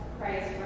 Christ